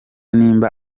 niba